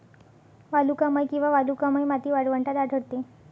वालुकामय किंवा वालुकामय माती वाळवंटात आढळते